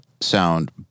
sound